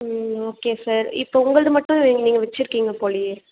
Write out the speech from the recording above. ம் okay sir இப்போது உங்களது மட்டும் நீ நீங்கள் வச்சுருக்கிங்க போலேயே